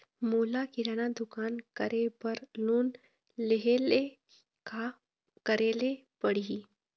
मोला किराना दुकान करे बर लोन लेहेले का करेले पड़ही?